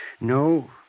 No